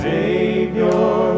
Savior